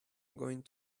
going